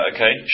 Okay